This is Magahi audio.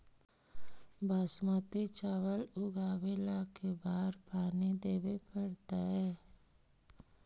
बासमती चावल उगावेला के बार पानी देवे पड़तै?